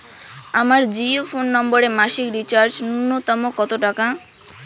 আমার জিও ফোন নম্বরে মাসিক রিচার্জ নূন্যতম কত টাকা?